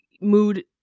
mood